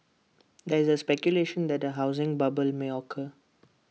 there is speculation that A housing bubble may occur